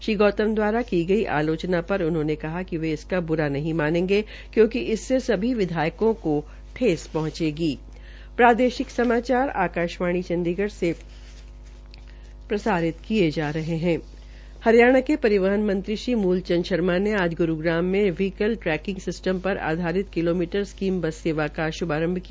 श्री गौतम दवारा की गई आलोचना पर उन्होंने कहा कि वे इसका ब्रा नहीं मानेंगे कंयूंकि इसमें सभी विधायकों को ठेस पहुंचेगी हरियाणा के परिवहन मंत्री श्री मूलचंद शर्मा ने आज ग्रूग्राम में व्हीकल ट्रैकिंग सिस्टम पर आधारित किलोमीटश्र स्कीम बस सेवा का श्भारंभ किया